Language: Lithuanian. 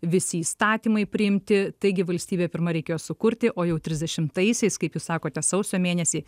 visi įstatymai priimti taigi valstybę pirma reikėjo sukurti o jau trisdešimtaisiais kaip jūs sakote sausio mėnesį